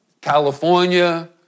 California